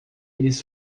eles